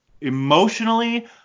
emotionally